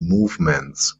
movements